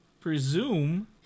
presume